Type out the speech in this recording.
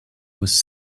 was